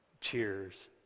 Cheers